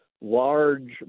large